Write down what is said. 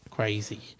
crazy